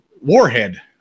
warhead